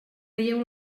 veieu